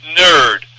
nerd